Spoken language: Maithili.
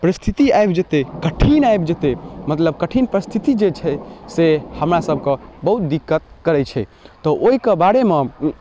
परिस्थिति आबि जयतै कठिन आबि जेतै मतलब कठिन परिस्थिति जे छै से हमरा सबकेँ बहुत दिक्कत करैत छै तऽ ओहिके बारेमे